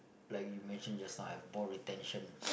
like you mention just now I have ball retention